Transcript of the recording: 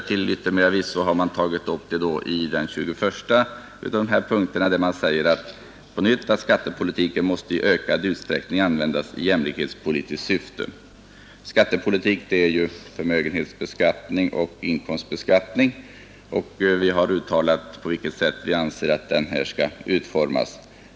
Till yttermera visso sägs i punkt 21: ”Skattepolitiken måste i ökad utsträckning användas i jämlikhetspolitiskt syfte.” Skattepolitiken innefattar ju förmögenhetsbeskattning och inkomstbeskattning. Vi har angivit på vilket sätt vi anser att skattepolitiken bör utformas.